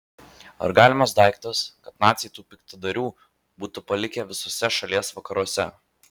ar galimas daiktas kad naciai tų piktadarių būtų palikę visuose šalies vakaruose